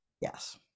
yes